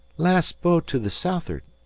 last boat to the south'ard.